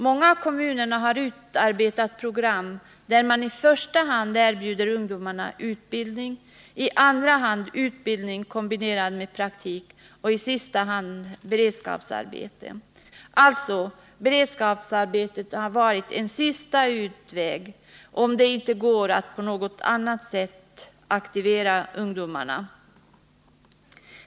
Många kommuner har utarbetat program, där man erbjuder ungdomarna i första hand utbildning, i andra hand utbildning kombinerad med praktik och i sista hand beredskapsarbeten. Beredskapsarbeten har alltså varit en sista utväg, om det inte går att på något annat sätt aktivera ungdomarna.